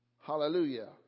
Hallelujah